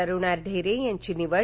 अरुणा ढेरे यांची निवड